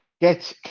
get